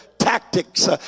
tactics